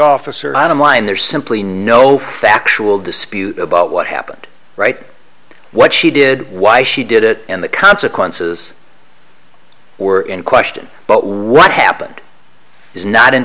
officer i don't mind there's simply no factual dispute about what happened right what she did why she did it and the consequences were in question but what happened is not in